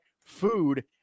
food